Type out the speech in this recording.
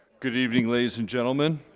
good evening ladies and gentlemen.